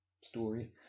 story